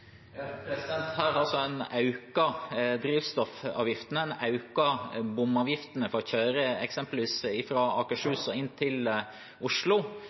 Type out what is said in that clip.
Her har man altså økt drivstoffavgiftene og økt bomavgiftene for å kjøre eksempelvis fra Akershus og inn til Oslo.